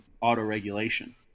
auto-regulation